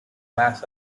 mass